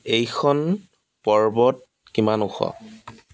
এইখন পর্বত কিমান ওখ